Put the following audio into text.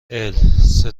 السه